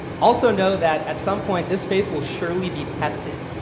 also note that, at some point, this faith will surely be tested.